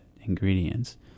ingredients